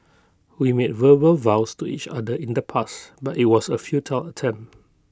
we made verbal vows to each other in the past but IT was A futile attempt